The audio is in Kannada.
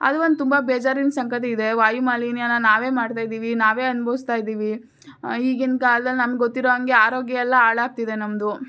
ಅದು ಒಂದು ತುಂಬ ಬೇಜಾರಿನ ಸಂಗತಿ ಇದೆ ವಾಯುಮಾಲಿನ್ಯಾನ ನಾವೇ ಮಾಡ್ತಾ ಇದ್ದೀವಿ ನಾವೇ ಅನ್ಬೌಸ್ತಾ ಇದ್ದೀವಿ ಈಗಿನ ಕಾಲ್ದಲ್ಲಿ ನಮ್ಗೆ ಗೊತ್ತಿರೋ ಹಂಗೆ ಆರೋಗ್ಯ ಎಲ್ಲ ಹಾಳಾಗ್ತಿದೆ ನಮ್ಮದು